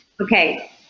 Okay